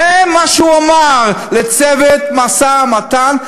זה מה שהוא אמר לצוות המשא-ומתן,